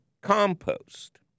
compost